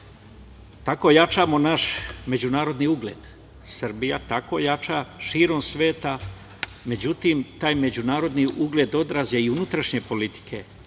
Tako jačamo naš međunarodni ugled, Srbija tako jača širom sveta. Međutim, taj međunarodni ugled odraz je i unutrašnje politike,